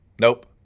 Nope